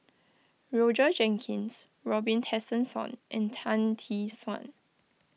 Roger Jenkins Robin Tessensohn and Tan Tee Suan